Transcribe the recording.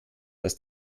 dass